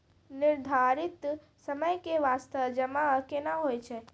निर्धारित समय के बास्ते जमा केना होय छै?